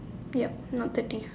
yup not thirty